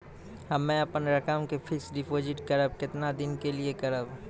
हम्मे अपन रकम के फिक्स्ड डिपोजिट करबऽ केतना दिन के लिए करबऽ?